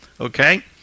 okay